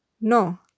No